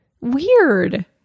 Weird